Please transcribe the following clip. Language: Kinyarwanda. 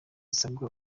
usabwa